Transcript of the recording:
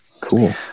cool